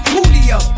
Julio